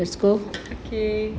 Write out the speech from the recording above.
okay